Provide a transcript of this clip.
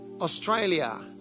australia